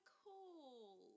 cool